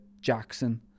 jackson